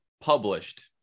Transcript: published